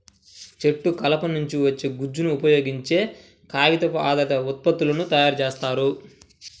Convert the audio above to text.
చెట్టు కలప నుంచి వచ్చే గుజ్జును ఉపయోగించే కాగితం ఆధారిత ఉత్పత్తులను తయారు చేస్తారు